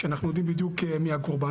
שאנחנו יודעים בדיוק מי הקורבן.